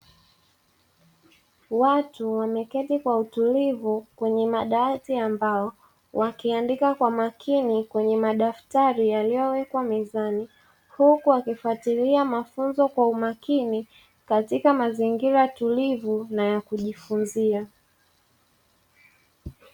Watu wameketi kwa utulivu kwenye madawati ya mbao wakiandika kwa makini kwenye madaftari yaliyowekwa mezani. Huku wakifuatilia mafunzo kwa umakini katika mazingira tulivu na ya kujifunzia.